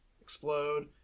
explode